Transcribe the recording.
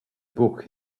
book